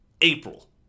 April